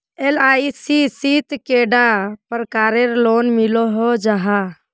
LIC शित कैडा प्रकारेर लोन मिलोहो जाहा?